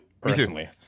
personally